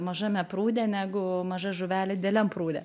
mažame prūde negu maža žuvelė dideliam prūde